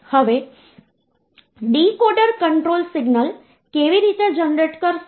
હવે આ કિસ્સામાં પૂર્ણાંક ભાગમાં તમે આ બાજુથી આ બાજુ જઈ રહ્યા છો તેમ સંખ્યાઓનું વેઈટ અંકોના વેઈટ માં વધે છે